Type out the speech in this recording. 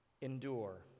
endure